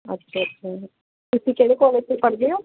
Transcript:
ਅੱਛਾ ਅੱਛਾ ਤੁਸੀਂ ਕਿਹੜੇ ਕੋਲੇਜ 'ਚ ਪੜ੍ਹਦੇ ਹੋ